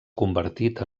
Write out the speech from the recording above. convertit